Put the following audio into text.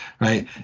right